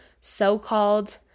so-called